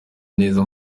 neza